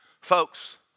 Folks